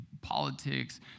Politics